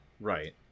Right